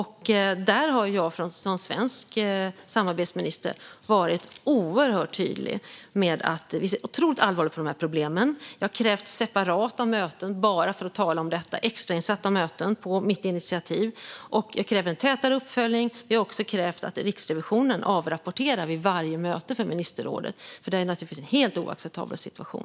Jag som svensk samarbetsminister har varit oerhört tydlig med att vi ser otroligt allvarligt på problemen. Jag har krävt separata möten bara för att tala om detta. Det har varit extrainsatta möten på mitt initiativ. Jag kräver en tätare uppföljning. Jag har också krävt att riksrevisionen avrapporterar vid varje möte som ministerrådet har. Det här naturligtvis en helt oacceptabel situation.